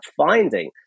finding